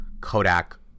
Kodak